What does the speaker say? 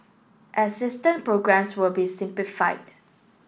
assistant programmes will be simplified